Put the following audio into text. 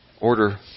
Order